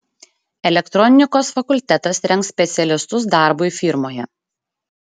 elektronikos fakultetas rengs specialistus darbui firmoje